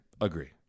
agree